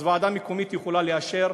ואז ועדה מקומית יכולה לאשר,